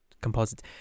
composite